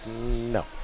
no